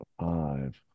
Five